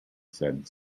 said